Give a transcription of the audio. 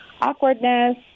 awkwardness